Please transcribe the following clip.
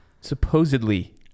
Supposedly